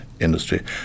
industry